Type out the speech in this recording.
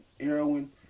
heroin